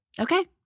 Okay